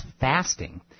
fasting